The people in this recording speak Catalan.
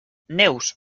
neus